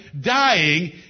dying